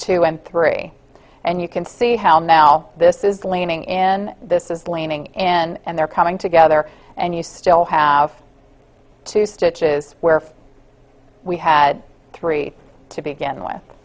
two and three and you can see how now this is leaning in this is leaning and they're coming together and you still have two stitches where we had three to begin with